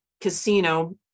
casino